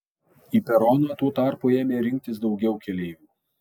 į peroną tuo tarpu ėmė rinktis daugiau keleivių